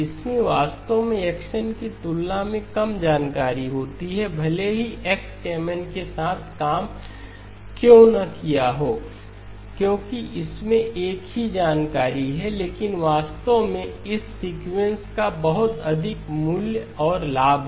इसमें वास्तव में x n की तुलना में कम जानकारी होती है भले ही x Mn के साथ काम क्यों न किया हो क्योंकि इसमें एक ही जानकारी है लेकिन वास्तव में इस सीक्वेंस का बहुत अधिक मूल्य और लाभ है